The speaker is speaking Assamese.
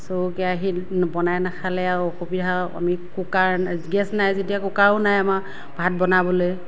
চৰু কেৰাহীত বনাই নেখালে আৰু আমি অসুবিধা গেছ নাই যেতিয়া কুকাৰো নাই আমাৰ ভাত বনাবলৈ